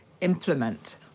implement